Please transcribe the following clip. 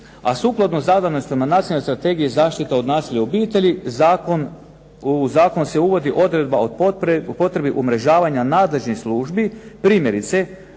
razumije./... Nacionalne strategije zaštite od nasilja u obitelji u zakon se uvodi odredba o potrebi umrežavanja nadležnih službi, primjerice